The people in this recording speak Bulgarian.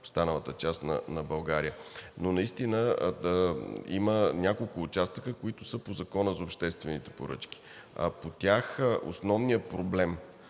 останалата част на България. Наистина има няколко участъка, които са по Закона за обществените поръчки. По тях основният проблем,